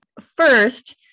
first